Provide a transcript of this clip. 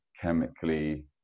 chemically